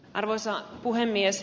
arvoisa puhemies